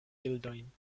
bildojn